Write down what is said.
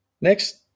Next